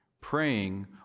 praying